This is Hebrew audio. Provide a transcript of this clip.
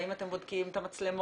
האם אתם בודקים את המצלמות.